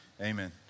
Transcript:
Amen